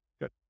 good